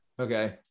Okay